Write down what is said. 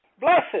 blessed